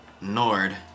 Nord